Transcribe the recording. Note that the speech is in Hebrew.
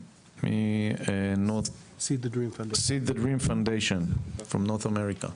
מ-Seed the Dream Foundation מצפון אמריקה.